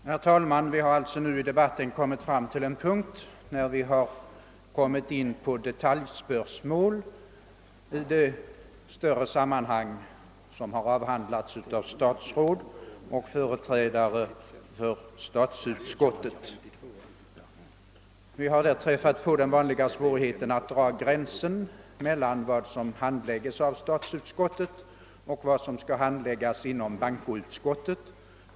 Herr talman! Debatten har nu nått det stadium där man kan ta upp detaljspörsmål i det större sammanhang som har avhandlats av statsråd och företrädare för statsutskottet. Vi har här stött på den vanliga svårigheten att dra gränsen mellan vad som skall handläggas inom statsutskottet och inom bankoutskottet.